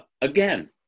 again